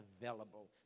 available